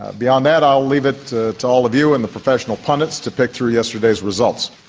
beyond that i'll leave it to to all of you and the professional pundits to pick through yesterday's results.